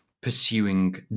pursuing